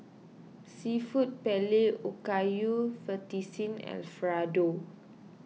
Seafood Paella Okayu Fettuccine Alfredo